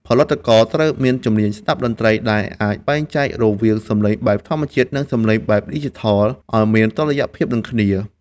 ផលិតករត្រូវមាន ជំនាញស្ដាប់តន្ត្រី ដែលអាចបែងចែករវាងសំឡេងបែបធម្មជាតិ និងសំឡេងបែបឌីជីថល ឱ្យមានតុល្យភាពនឹងគ្នា។